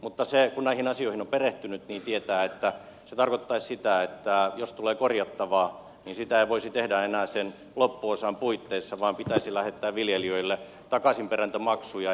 mutta kun näihin asioihin on perehtynyt niin tietää että se tarkoittaisi sitä että jos tulee korjattavaa niin sitä ei voisi tehdä enää sen loppuosan puitteissa vaan pitäisi lähettää viljelijöille takaisinperintämaksuja